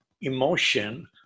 emotion